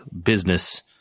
business